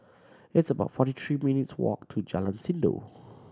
it's about forty three minutes' walk to Jalan Sindor